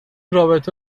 رابطه